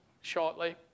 shortly